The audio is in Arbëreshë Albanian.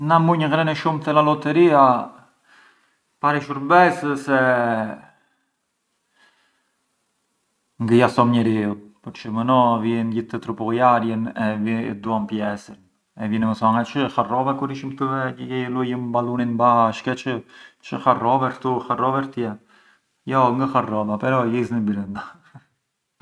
Na munj ghrane shumë te la lotteria, i pari shurbes ë se ngë ja thom njeriu, përòë më no vijën gjithë të të tupulljarjën e duan pjesin e gjindet thonë: çë e harrove kur ishëm të vegjij e vej’ e luajëm balunin bashkë? E çë harrove këtu, harrove ktje? Jo ngë harrova, però jizni brënda.